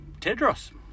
Tedros